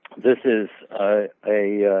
this is ah a yeah